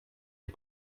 les